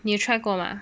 you try 过吗